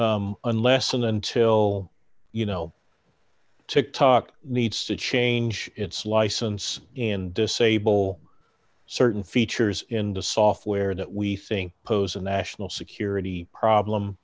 said unless and until you know to talk needs to change its license and disable certain features in the software that we think pose a national security problem